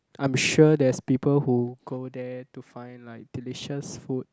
I'm sure there's people who go there to find like delicious food